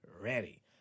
ready